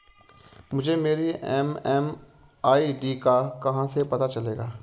मुझे मेरी एम.एम.आई.डी का कहाँ से पता चलेगा?